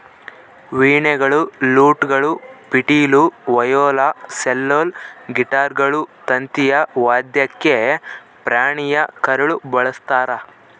ವೀಣೆಗಳು ಲೂಟ್ಗಳು ಪಿಟೀಲು ವಯೋಲಾ ಸೆಲ್ಲೋಲ್ ಗಿಟಾರ್ಗಳು ತಂತಿಯ ವಾದ್ಯಕ್ಕೆ ಪ್ರಾಣಿಯ ಕರಳು ಬಳಸ್ತಾರ